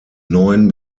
neuen